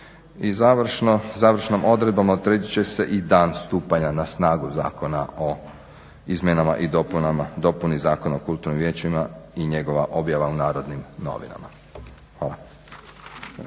završnom odredbom odredit će se i dan stupanja na snagu Zakona o izmjenama i dopuni Zakona o kulturnim vijećima i njegova objava u "Narodnim novinama" **Batinić,